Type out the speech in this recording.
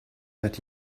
that